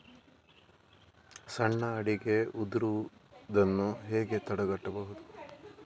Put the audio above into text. ಸಣ್ಣ ಅಡಿಕೆ ಉದುರುದನ್ನು ಹೇಗೆ ತಡೆಗಟ್ಟಬಹುದು?